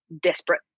desperate